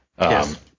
Yes